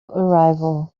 arrival